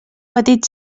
petit